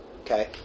Okay